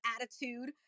attitude